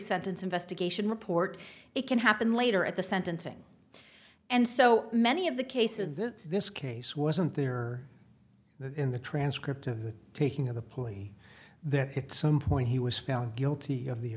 sentence investigation report it can happen later at the sentencing and so many of the cases if this case wasn't there or that in the transcript of the taking of the plea that at some point he was found guilty of the